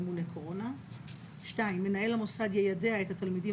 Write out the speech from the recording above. ממונה קורונה); מנהל המוסד יידע את התלמידים